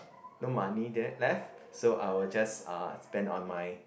no money left so I will just uh spend on my